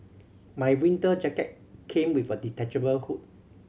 my winter jacket came with a detachable hood